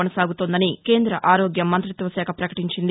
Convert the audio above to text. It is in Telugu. కొనసాగుతోందని కేంద్ర ఆరోగ్య మంతిత్వశాఖ ప్రకటించింది